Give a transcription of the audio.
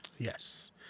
Yes